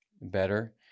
better